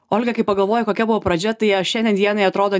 olga kai pagalvoji kokia buvo pradžia tai aš šiandien dienai atrodo